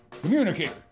communicator